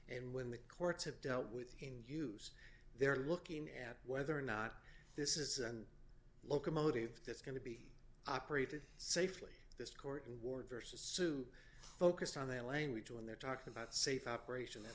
and when the courts have dealt with in use they're looking at whether or not this is an locomotive that's going to be operated safely this court and ward versus sue focused on that language when they're talking about safe operation